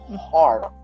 hard